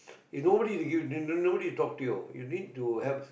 if nobody give you nobody to talk to you you need to help